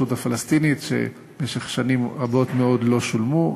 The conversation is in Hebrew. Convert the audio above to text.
הפלסטינית שבמשך שנים רבות מאוד לא שולמו,